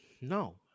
No